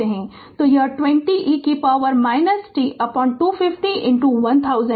तो यह 20 e t250 1000 है तो 80 e power t micro ampere